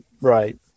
Right